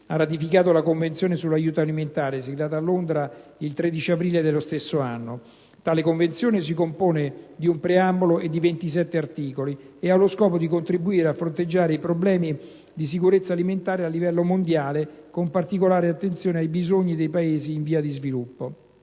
ha ratificato la Convenzione sull'aiuto alimentare, siglata a Londra il 13 aprile dello stesso anno. Tale Convenzione, che si compone di un preambolo e di 27 articoli, ha lo scopo di contribuire a fronteggiare i problemi di sicurezza alimentare a livello mondiale, con particolare attenzione ai bisogni dei Paesi in via di sviluppo.